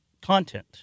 content